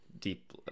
deep